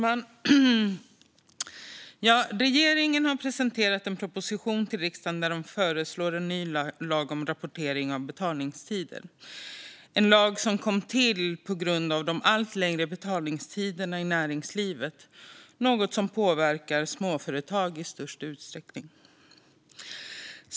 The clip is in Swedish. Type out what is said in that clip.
Fru talman! Regeringen har presenterat en proposition för riksdagen där man föreslår en ny lag om rapportering av betalningstider. Det är en lag som kommer till på grund av de allt längre betalningstiderna i näringslivet, något som i störst utsträckning påverkar småföretag.